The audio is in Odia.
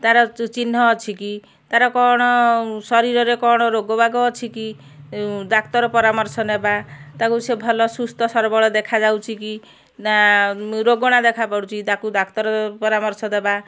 ତାର ଚ ଚିହ୍ନ ଅଛି କି ତାର କ'ଣ ଶରୀରରେ କ'ଣ ରୋଗ ବାଗ ଅଛି କି ଡାକ୍ତର ପରାମର୍ଶ ନେବା ତାକୁ ସେ ଭଲ ସୁସ୍ଥ ସବଳ ଦେଖାଯାଉଛି କି ନା ରୋଗଣା ଦେଖାପଡ଼ୁଛି ତାକୁ ଡାକ୍ତର ପରାମର୍ଶ ଦେବା